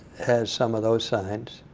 has some of those signs.